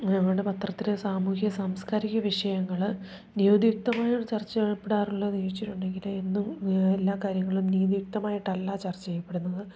ഞങ്ങളുടെ പത്രത്തിൽ സാമൂഹ്യ സാംസ്കാരിക വിഷയങ്ങൾ നീതി യുക്തമായാണോ ചർച്ച ചെയ്യപ്പെടാറുള്ളതെന്ന് ചോദിച്ചിട്ടുണ്ടെങ്കിൽ എന്നും എല്ലാ കാര്യങ്ങളും നീതി യുക്തമായിട്ടല്ല ചർച്ചചെയ്യപ്പെടുന്നത്